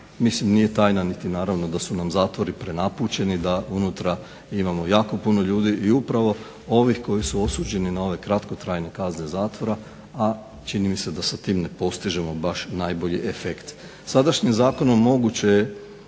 Mislim nije tajna niti naravno da su nam zatvori prenapučeni da unutra imamo jako puno ljudi i upravo ovih koji su osuđeni na ove kratkotrajne kazne zatvora, a čini mi se da sa tim ne postižemo baš najbolji efekt. Sadašnjim zakonom moguće je